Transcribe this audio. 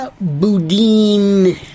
Boudin